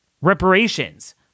reparations